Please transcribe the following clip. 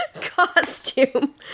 Costume